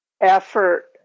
effort